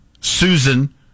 Susan